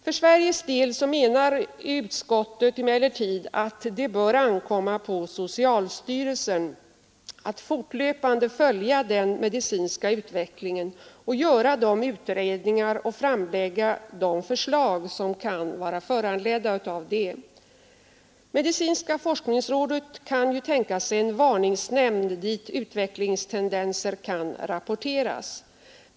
För Sveriges del menar utskottet emellertid att det bör ankomma på socialstyrelsen att fortlöpande följa den medicinska utvecklingen och göra de utredningar och framlägga de förslag som kan föranledas därav. Medicinska forskningsrådet kan tänka sig en varningsnämnd, dit utvecklingstendenser kan rapporteras.